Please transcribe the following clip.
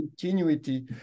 continuity